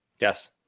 Yes